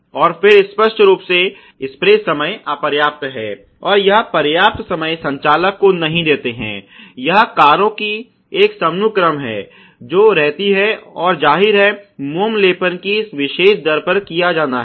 और फिर स्पष्ट रूप से स्प्रे समय अपर्याप्त है और यह पर्याप्त समय संचालक को नहीं देते हैं यह कारों की एक समनुक्रम है जो रहती है और जाहिर है मोम लेपन भी उस विशेष दर पर किया जाना है